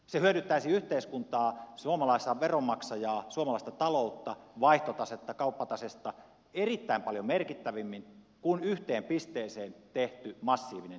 se hyödyttäisi yhteiskuntaa suomalaista veronmaksajaa suomalaista taloutta vaihtotasetta kauppatasetta erittäin paljon merkittävämmin kuin yhteen pisteeseen tehty massiivinen investointi